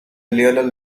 lionel